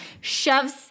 Shoves